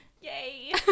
Yay